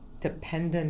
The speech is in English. dependent